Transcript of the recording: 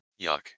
Yuck